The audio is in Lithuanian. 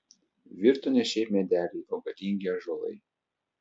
virto ne šiaip medeliai o galingi ąžuolai